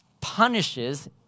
punishes